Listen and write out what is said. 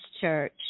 Church